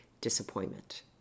Disappointment